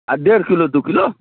आ डेढ़ किलो दू किलो